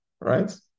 right